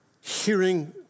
hearing